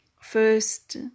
First